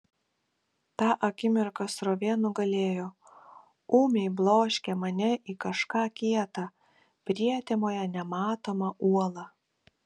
tą akimirką srovė nugalėjo ūmiai bloškė mane į kažką kieta prietemoje nematomą uolą